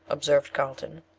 observed carlton,